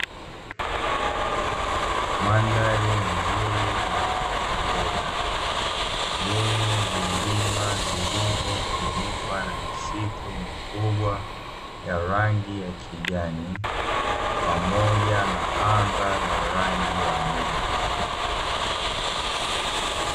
Mandhari nzuri na ya kupendeza yenye vilima vilivofunikwa na misitu mikubwa, ya rangi ya kijani pamoja na anga la rangi ya bluu.